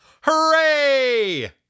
Hooray